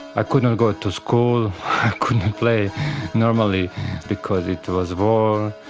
i could not go to school play normally because it was war,